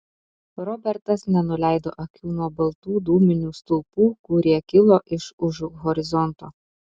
robertas nenuleido akių nuo baltų dūminių stulpų kurie kilo iš užu horizonto